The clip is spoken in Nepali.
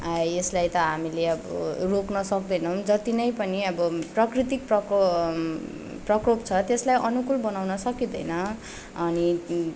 यसलाई त हामीले अब रोक्न सक्दैनौँ जतिनै पनि अब प्रकृतिक प्रको प्रकोप छ त्यसलाई अनुकूल बनाउन सकिँदैन अनि